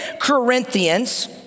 Corinthians